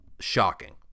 shocking